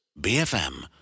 BFM